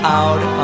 out